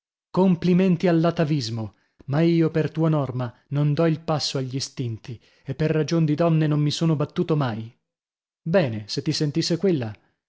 muore complimenti all'atavismo ma io per tua norma non dò il passo agl'istinti e per ragion di donne non mi sono battuto mai bene se ti sentisse quella